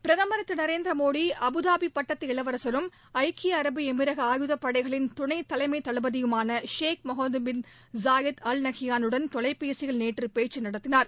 பிரதமர் திரு நரேந்திர மோடி அமுதாபி பட்டத்து இளவரசரும் ஐக்கிய அரபு எமிரக ஆயுதப்படைகளின் துணை தலைமை தளபதியுமான Sheikh Mohamed bin Zayed Al Nahyan உடன் தொலைபேசியில் நேற்று பேச்சு நடத்தினார்